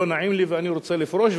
לא נעים לי ואני רוצה לפרוש,